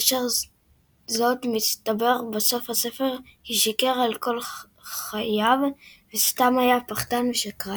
ואשר זאת מסתבר בסוף הספר כי שיקר על כל חיוו וסתם היה פחדן ושקרן.